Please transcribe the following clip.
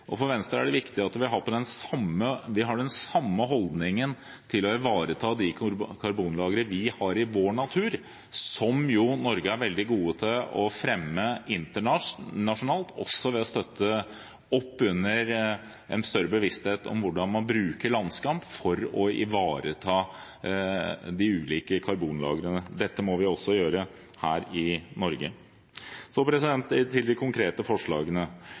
For Venstre er det viktig at vi har den samme holdningen til å ivareta de karbonlagrene vi har i vår natur, som jo Norge er veldig god til å fremme internasjonalt, også ved å støtte opp under en større bevissthet om hvordan man bruker landskap for å ivareta de ulike karbonlagrene. Dette må vi også gjøre her i Norge. Så til de konkrete forslagene.